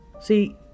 see